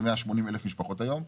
זה 180,000 משפחות היום.